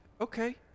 okay